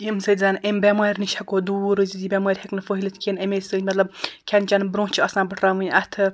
ییٚمہِ سۭتۍ زَنہٕ امہِ بٮ۪مار نِش ہیٚکَو دور روٗزِتھ یہِ بٮ۪مٲر ہیٚکہِ نہٕ پھہلتھ کِہیٖنۍ أمے سۭتۍ مطلب کھیٚن چیٚنہٕ برۄنٛہہ چھِ آسان پٕٹھراوٕنۍ اَتھہٕ